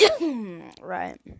Right